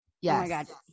Yes